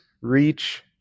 reach